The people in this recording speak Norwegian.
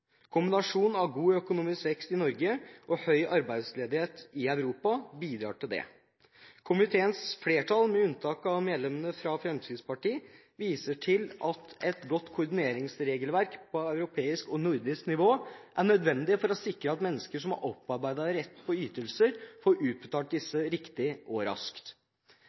Kombinasjonen av god økonomisk vekst i Norge og høy arbeidsledighet i Europa bidrar til dette. Komiteens flertall, med unntak av medlemmene fra Fremskrittspartiet, viser til at et godt koordineringsregelverk på europeisk og nordisk nivå er nødvendig for å sikre at mennesker som har opparbeidet rett på ytelser, får utbetalt disse riktig og raskt.